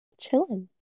chilling